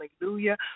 Hallelujah